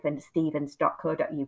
stevens.co.uk